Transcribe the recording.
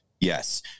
Yes